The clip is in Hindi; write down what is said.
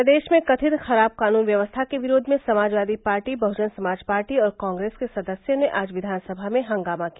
प्रदेश में कथित खराब कानून व्यवस्था के विरोध में समाजवादी पार्टी बहुजन समाज पार्टी और कॉग्रेस के सदस्यों ने आज विधानसभा में हंगामा किया